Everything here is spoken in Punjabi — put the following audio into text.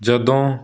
ਜਦੋਂ